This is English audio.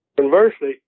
Conversely